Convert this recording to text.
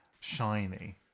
shiny